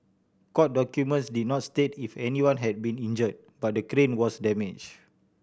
court documents did not state if anyone had been injured but the crane was damaged